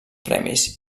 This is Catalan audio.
premis